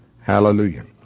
Hallelujah